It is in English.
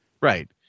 Right